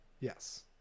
Yes